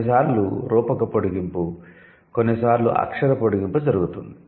కొన్ని సార్లు రూపక పొడిగింపు కొన్నిసార్లు అక్షర పొడిగింపు జరుగుతుంది